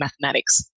mathematics